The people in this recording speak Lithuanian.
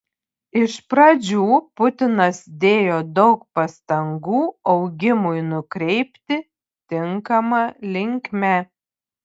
iš pradžių putinas dėjo daug pastangų augimui nukreipti tinkama linkme